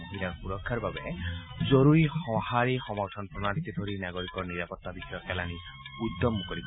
মহিলাৰ সুৰক্ষাৰ বাবে জৰুৰী সহাৰি সমৰ্থন প্ৰণালীকে ধৰি নাগৰিক নিৰাপত্তা বিষয়ক এলানি উদ্যম মুকলি কৰে